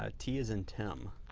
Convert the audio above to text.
ah t as in tim.